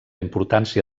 importància